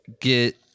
get